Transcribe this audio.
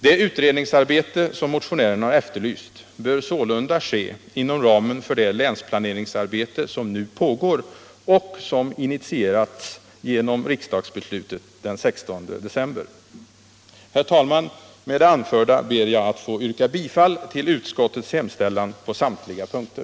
Det utredningsarbete som motionerna har efterlyst bör sålunda ske inom ramen för det länsplaneringsarbete som nu pågår och som initierats genom riksdagsbeslutet den 16 december. Herr talman! Med det anförda ber jag att få yrka bifall till utskottets hemställan på samtliga punkter.